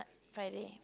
Friday